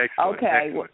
Okay